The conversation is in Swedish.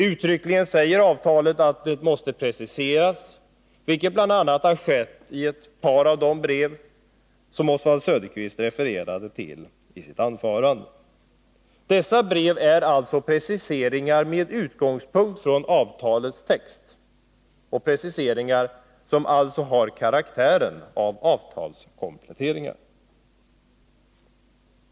Uttryckligen säger avtalet att det måste preciseras, vilket bl.a. har skett i ett par av de brev som Oswald Söderqvist refererade till i sitt anförande. Dessa brev är preciseringar med utgångspunkt i avtalets text — preciseringar som alltså har karaktären av avtalskompletteringar.